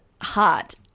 heart